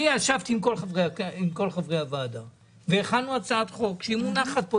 אני ישבתי עם כל חברי הוועדה והכנו הצעת חוק שמונחת כאן.